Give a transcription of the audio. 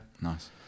nice